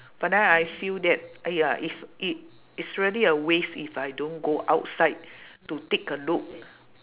but then I feel that !aiya! if it it's really a waste if I don't go outside to take a look